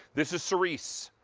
this is cerise,